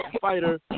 fighter